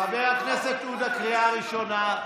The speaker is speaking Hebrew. חבר הכנסת עודה, קריאה ראשונה.